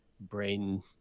brain